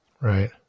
Right